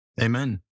Amen